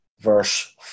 verse